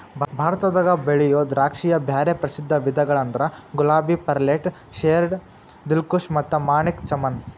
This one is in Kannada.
ಭಾರತದಾಗ ಬೆಳಿಯೋ ದ್ರಾಕ್ಷಿಯ ಬ್ಯಾರೆ ಪ್ರಸಿದ್ಧ ವಿಧಗಳಂದ್ರ ಗುಲಾಬಿ, ಪರ್ಲೆಟ್, ಶೇರ್ಡ್, ದಿಲ್ಖುಷ್ ಮತ್ತ ಮಾಣಿಕ್ ಚಮನ್